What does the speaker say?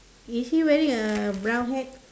is he wearing a brown hat